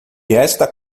esta